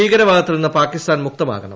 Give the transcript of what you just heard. ഭീകരവാദത്തിൽ നിന്ന് പാകിസ്ഥാൻ മുക്തമാകണം